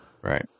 Right